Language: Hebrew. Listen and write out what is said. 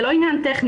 זה לא עניין טכני.